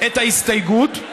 את ההסתייגות,